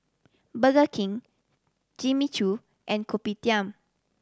Burger King Jimmy Choo and Kopitiam